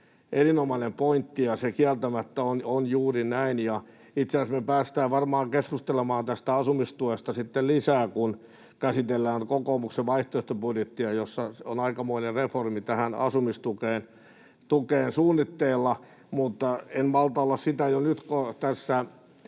erinomainen pointti, ja se kieltämättä on juuri näin. Itse asiassa me päästään varmaan keskustelemaan tästä asumistuesta sitten lisää, kun käsitellään kokoomuksen vaihtoehtobudjettia, jossa on aikamoinen reformi tähän asumistukeen suunnitteilla. Mutta en malta olla sitä jo nyt tässä